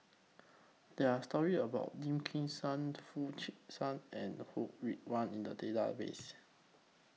There Are stories about Lim Kim San Foo Chee San and Ho Rih Hwa in The Database